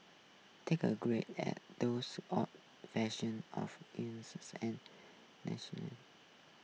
take a great at those odd fashion of and national